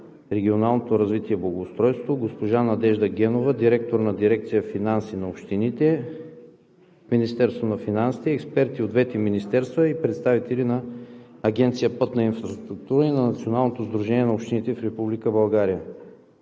регионалното развитие и благоустройството, госпожа Надежда Генова – директор на дирекция „Финанси на общините“ в Министерството на финансите, експерти от двете министерства и представители на Агенция „Пътна инфраструктура“ и на Националното сдружение на общините в Република България.